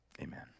Amen